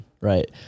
right